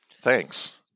Thanks